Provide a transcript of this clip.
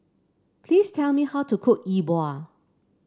please tell me how to cook Yi Bua